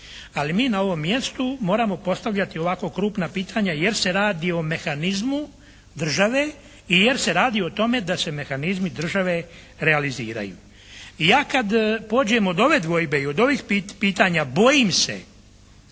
Ali mi na ovom mjestu moramo postavljati ovako krupna pitanja jer se radi o mehanizmu države i jer se radi o tome da se mehanizmi države realiziraju. I ja kad pođem od ove dvojbe i od ovih pitanja bojim se,